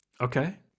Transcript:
okay